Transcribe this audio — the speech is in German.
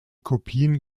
kopien